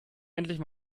endlich